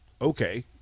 okay